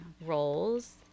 roles